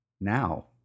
now